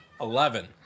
Eleven